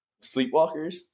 Sleepwalkers